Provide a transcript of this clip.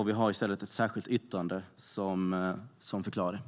Vi har i stället ett särskilt yttrande som förklarar det.